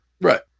right